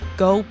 go